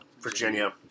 Virginia